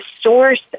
source